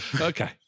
Okay